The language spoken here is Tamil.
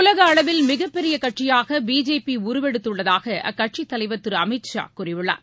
உலகஅளவில் மிகப்பெரியகட்சியாகபிஜேபிஉருவெடுத்துள்ளதாகஅக்கட்சித்தலைவா் திருஅமித் ஷா கூறியுள்ளார்